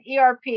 ERP